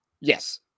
Yes